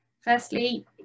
firstly